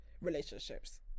Relationships